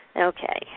Okay